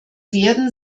werden